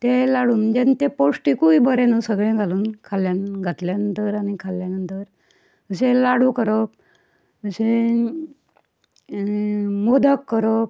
तें लाडू आनी ते पौश्टीकूय बी सगळे घालून घातल्या नंतर आनी खाल्ल्या नंतर अशे लाडू करप तशें मोदक करप